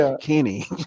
Kenny